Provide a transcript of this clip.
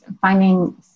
finding